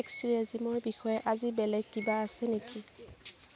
tax ৰেজিমৰ বিষয়ে আজি বেলেগ কিবা আছে নেকি